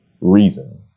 reason